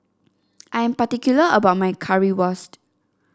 I am particular about my Currywurst